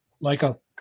Michael